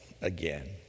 again